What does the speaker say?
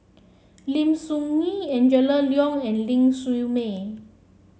Lim Soo Ngee Angela Liong and Ling Siew May